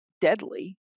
deadly